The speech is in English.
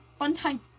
Funtime